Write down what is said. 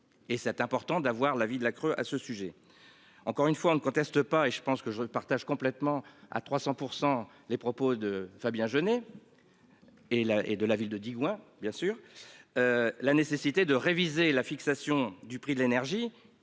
et c'est important d'avoir la vie de la crue à ce sujet. Encore une fois on ne conteste pas et je pense que je partage complètement à 300%. Les propos de Fabien. Et la et de la ville de Digoin, bien sur. La nécessité de réviser la fixation du prix de l'énergie